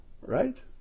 right